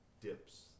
dips